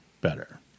better